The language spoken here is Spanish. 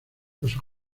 los